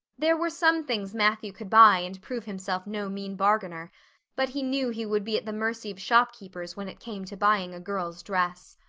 there were some things matthew could buy and prove himself no mean bargainer but he knew he would be at the mercy of shopkeepers when it came to buying a girl's dress.